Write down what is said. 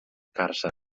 càrcer